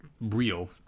real